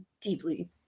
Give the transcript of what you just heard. deeply